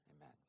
amen